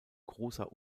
großer